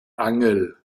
angel